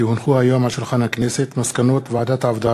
כי הונחו היום על שולחן הכנסת מסקנות ועדת העבודה,